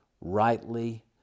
rightly